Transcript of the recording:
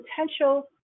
potential